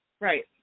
Right